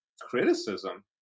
criticism